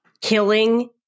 killing